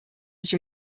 sich